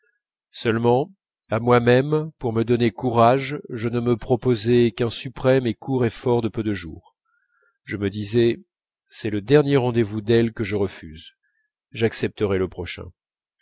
seulement à moi-même pour me donner courage je ne me proposais qu'un suprême et court effort de peu de jours je me disais c'est le dernier rendez-vous d'elle que je refuse j'accepterai le prochain